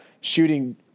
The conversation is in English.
shooting